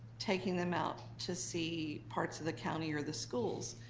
taking them out to see parts of the county or the schools.